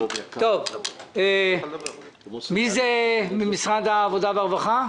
מי הוא נציג משרד העבודה והרווחה?